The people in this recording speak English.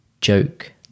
joke